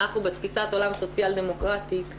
אנחנו בתפיסת עולם סוציאל דמוקרטית,